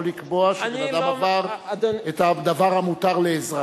לקבוע שבן-אדם עבר את הדבר המותר לאזרח.